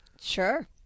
Sure